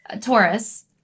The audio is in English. Taurus